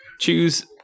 choose